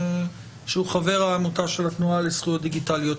שהוא חבר העמותה של התנועה לזכויות דיגיטליות.